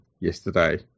yesterday